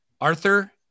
Arthur